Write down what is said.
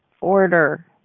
Order